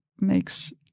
makes